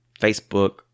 Facebook